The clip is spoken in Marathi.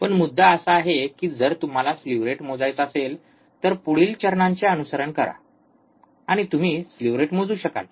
पण मुद्दा असा आहे की जर तुम्हाला स्लीव्ह रेट मोजायचा असेल तर पुढील चरणांचे अनुसरण करा आणि तुम्ही स्लीव्ह रेट मोजू शकाल